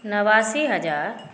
नवासी हजार